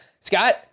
Scott